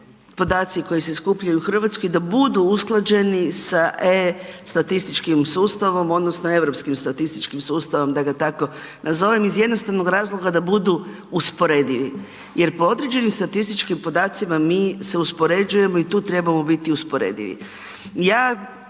podaci koji se skupljaju u Hrvatskoj, da budu usklađeni sa e-statističkim sustavom odnosno europskim statističkim sustavom da ga tako nazovem iz jednostavnog razloga da budu usporedivi jer po određenim statističkim podacima mi se uspoređujemo i tu trebamo biti usporedivi. Ja